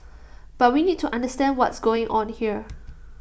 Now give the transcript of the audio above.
but we need to understand what's going on here